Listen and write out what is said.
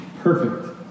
perfect